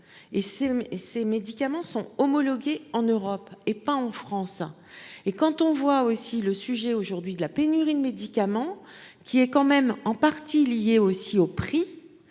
si ces médicaments sont homologués en Europe et pas en France et quand on voit aussi le sujet aujourd'hui de la pénurie de médicaments qui est quand même en partie liée aussi au prix